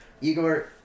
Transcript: Igor